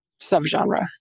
subgenre